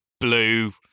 blue